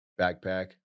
backpack